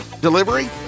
Delivery